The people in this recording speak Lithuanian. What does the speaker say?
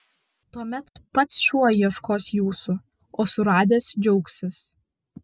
tuomet pats šuo ieškos jūsų o suradęs džiaugsis